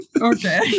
Okay